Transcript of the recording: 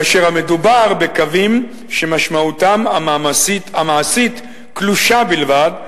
כאשר המדובר בקוויים שמשמעותם המעשית קלושה בלבד,